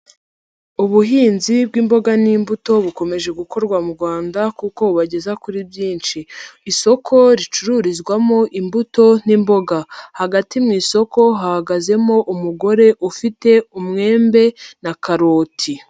Ubuhinzi bw'imboga n'imbuto bukomeje gukorwa mu Rwanda kuko bageza kuri byinshi. Isoko ricururizwamo imbuto n'imboga, hagati mu isoko hahagazemo umugore ufite umwembe na karoti.